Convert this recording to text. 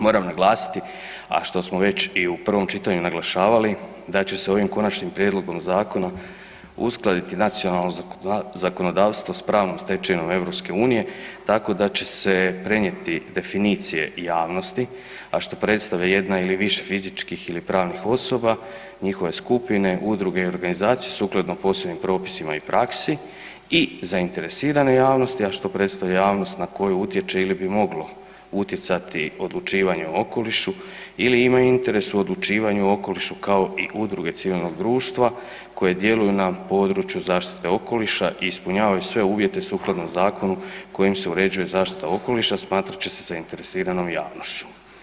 Moram naglasiti a što smo već i u prvom čitanju naglašavali, da će se ovim konačnim prijedlogom zakona uskladiti nacionalno zakonodavstvo s pravnom stečevinom EU-a, tako da će se prenijeti definicije javnosti a što predstavlja jedna ili više fizičkih ili pravnih osoba, njihove skupine, udruge i organizacije sukladno posebnim propisima i praksi, i zainteresiranoj javnosti a što predstavlja javnost na koju utječe ili bi moglo utjecati odlučivanje o okolišu ili imaju interes u odlučivanju okolišu kao i udruge civilnog društva koje djeluju na području zaštite okoliša i ispunjavaju sve uvjete sukladno zakonu kojim se uređuje zaštita okoliša, smatrat će se zainteresiranom javnošću.